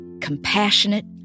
compassionate